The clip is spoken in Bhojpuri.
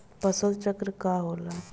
फसल चक्र का होला?